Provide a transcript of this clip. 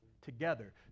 together